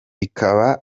bikaba